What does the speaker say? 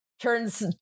turns